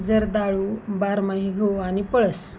जर्दाळू बारमाही गहू आणि पळस